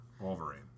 Wolverine